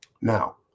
Now